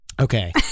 Okay